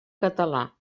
català